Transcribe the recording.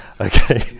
Okay